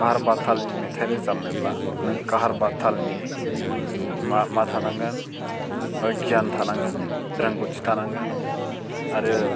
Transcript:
काहारबा तालनि मेथाइ रोजाबनोब्ला नों काहारबा तालनि मा मा थानांगोन गियान थानांगोन रोंगौथि थानांगोन आरो